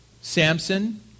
Samson